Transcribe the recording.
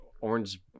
orange